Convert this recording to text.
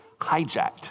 hijacked